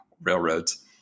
railroads